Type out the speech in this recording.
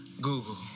Google